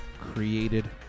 created